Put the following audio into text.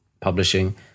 Publishing